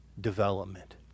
development